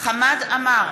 חמד עמאר,